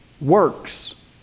works